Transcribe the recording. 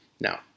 Now